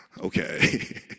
okay